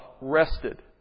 rested